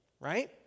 right